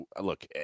look